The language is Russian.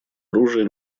оружия